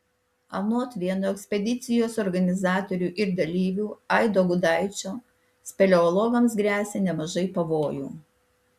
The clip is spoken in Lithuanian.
anot vieno ekspedicijos organizatorių ir dalyvių aido gudaičio speleologams gresia nemažai pavojų